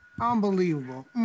Unbelievable